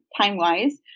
time-wise